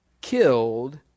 killed